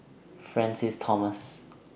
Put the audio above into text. Francis Thomas